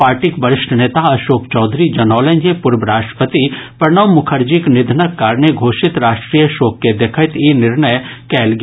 पार्टीक वरिष्ठ नेता अशोक चौधरी जनौलनि जे पूर्व राष्ट्रपति प्रणब मुखर्जीक निधनक कारणे घोषित राष्ट्रीय शोक के देखैत ई निर्णय कयल गेल